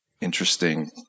interesting